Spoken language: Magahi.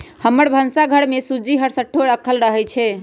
हमर भन्सा घर में सूज्ज़ी हरसठ्ठो राखल रहइ छै